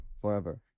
forever